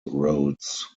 routes